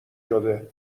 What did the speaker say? شده